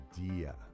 idea